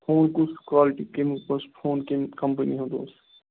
phone کُس quality کمیُک اوس فون کمہ کمپنی ہُنٛد اوس